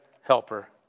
helper